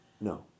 No